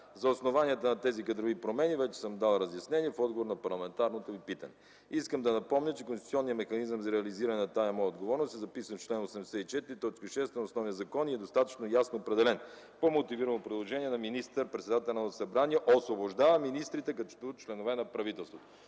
За основанията на тези кадрови промени вече съм дал разяснения в отговор на парламентарно питане. Искам да Ви напомня, че конституционният механизъм за реализиране на тази моя отговорност е записан в чл. 84 от основния закон и е достатъчно ясно определен: по мотивирано предложение на министър-председателя председателят на Народното събрание освобождава министрите като членове на правителството.